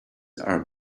are